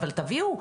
אבל תביאו,